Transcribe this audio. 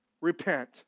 repent